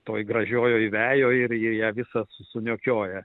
toj gražiojoj vejoj ir jie ją visą suniokioja